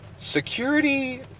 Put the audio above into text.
Security